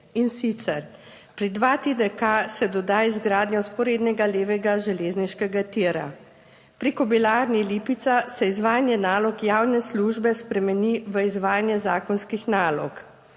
in sicer pri 2TDK se doda izgradnja vzporednega levega železniškega tira. Pri Kobilarni Lipica se izvajanje nalog javne službe spremeni v izvajanje zakonskih nalog.